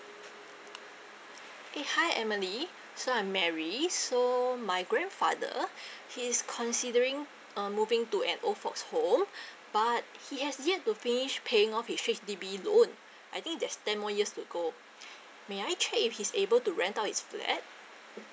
eh hi emily so I'm mary so my grandfather he's considering uh moving to an old folks home but he has yet to finish paying off his H_D_B loan I think there's ten more years to go may I check if he's able to rent out his flat